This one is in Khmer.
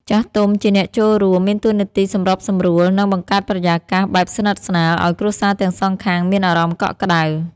ចាស់ទុំជាអ្នកចូលរួម មានទួនាទីសម្របសម្រួល និង បង្កើតបរិយាកាសបែបស្និទ្ធស្នាល ឲ្យគ្រួសារទាំងសងខាងមានអារម្មណ៍កក់ក្ដៅ។